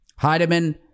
Heidemann